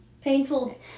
painful